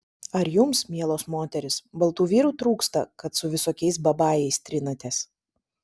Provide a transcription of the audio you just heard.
ar jums mielos moterys baltų vyrų trūksta kad su visokiais babajais trinatės